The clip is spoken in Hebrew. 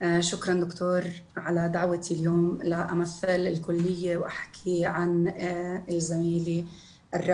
תודה ד"ר על שהזמנתם אותי הים בכדי שאייצג את המכללה ולדבר על